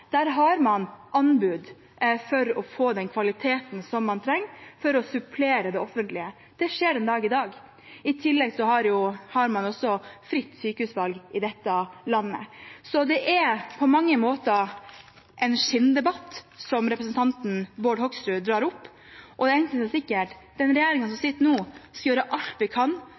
Der har man anbud for å få den kvaliteten som man trenger for å supplere det offentlige. Det skjer i dag. I tillegg har man fritt sykehusvalg i dette landet. Så det er på mange måter en skinndebatt som representanten Bård Hoksrud drar opp. Og én ting er sikkert: Den regjeringen som sitter nå, skal gjøre alt den kan